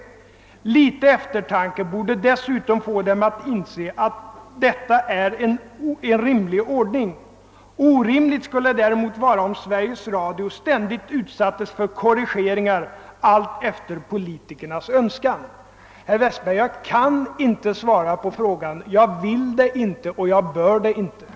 Lite eftertanke borde dessutom få dem att inse att detta är en rimlig ordning. Orimligt skulle det däremot vara om Sveriges Radio ständigt utsattes för korrigeringar allt efter politikernas önskan.» . Herr Westberg, jag kan inte svara på frågan, jag vill inte och bör inte göra